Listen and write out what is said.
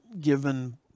given